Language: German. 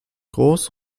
groß